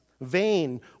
vain